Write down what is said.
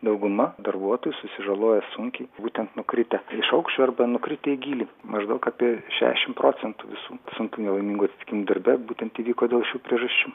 dauguma darbuotų susižalojo sunkiai būtent nukritę iš aukščio arba nukritę į gylį maždaug apie šešiasdešim procentų visų sunkių nelaimingų atsitikimų darbe būtent įvyko dėl šių priežasčių